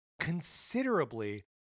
considerably